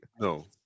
No